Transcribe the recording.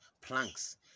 planks